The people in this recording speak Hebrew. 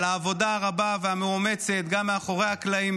על העבודה הרבה והמאומצת גם מאחורי הקלעים,